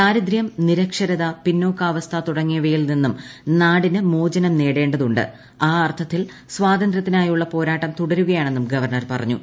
ദാരിദ്രൃം നിരക്ഷരത പിന്നോക്കാവസ്ഥ തുടങ്ങിയവയിൽ നിന്നും നാടിന് മോചനം നേടേണ്ടതുണ്ട് ആ അർത്ഥത്തിൽ സ്വാതന്ത്ര്യത്തിനായുള്ള പോരാട്ടം തുടരുകയാണെന്നും ഗവർണർ പറഞ്ഞു